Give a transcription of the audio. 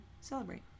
celebrate